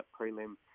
prelim